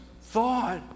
thought